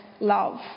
love